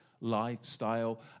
lifestyle